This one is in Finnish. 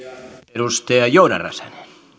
arvoisa puhemies